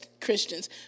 Christians